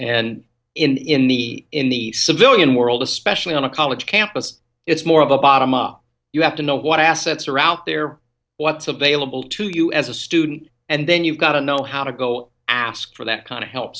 and and in the in the civilian world especially on a college campus it's more of a bottom up you have to know what assets are out there what's available to you as a student and then you've got to know how to go ask for that kind of help